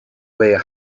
where